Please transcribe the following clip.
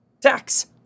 tax